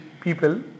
people